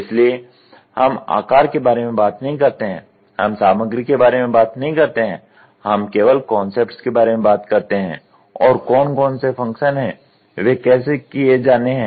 इसलिए हम आकर के बारे में बात नहीं करते हैं हम सामग्री के बारे में बात नहीं करते हैं हम केवल कॉन्सेप्ट्स के बारे में बात करते हैं और कौन कौन से फंक्शन हैं वे कैसे किए जाने हैं